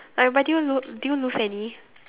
alright but did you lose did you lose any